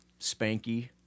spanky